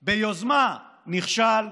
ביוזמה, נכשל,